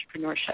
entrepreneurship